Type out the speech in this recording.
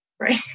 Right